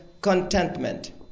contentment